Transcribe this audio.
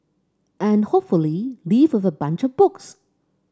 and hopefully leave with a bunch of books